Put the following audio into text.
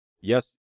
Yes